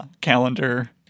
calendar